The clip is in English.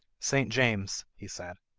st. james he said,